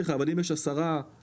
אבל אם יש 10 עשירונים,